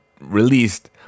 released